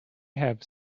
have